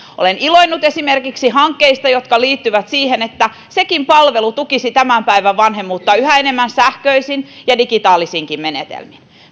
olen iloinnut esimerkiksi hankkeista jotka liittyvät siihen että sekin palvelu tukisi tämän päivän vanhemmuutta yhä enemmän sähköisin ja digitaalisin menetelmin